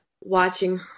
watching